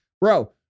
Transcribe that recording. Bro